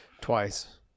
twice